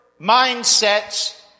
mindsets